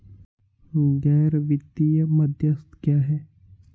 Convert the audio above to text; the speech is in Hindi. गैर वित्तीय मध्यस्थ क्या हैं?